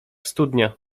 studnia